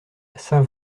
saint